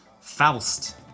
Faust